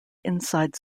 inside